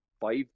five